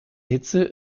hitze